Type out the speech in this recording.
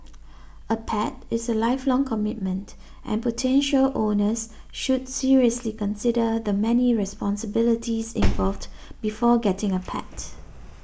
a pet is a lifelong commitment and potential owners should seriously consider the many responsibilities involved before getting a pet